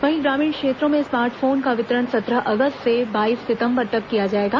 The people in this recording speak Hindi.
वहीं ग्रामीण क्षेत्रों में स्मार्ट फोन का वितरण सत्रह अगस्त से बाईस सितम्बर तक किया जाएगा